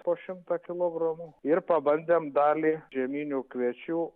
po šimtą kilogramų ir pabandėm dalį žieminių kviečių